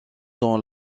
dans